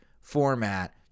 format